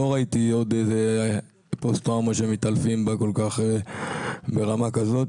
לא ראיתי פוסט טראומה שמתעלפים ברמה כזאת,